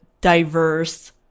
diverse